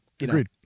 Agreed